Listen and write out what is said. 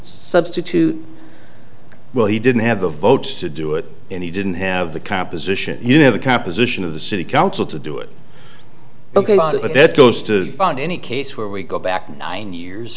substitute well he didn't have the votes to do it and he didn't have the composition you know the composition of the city council to do it but that goes to fund any case where we go back nine years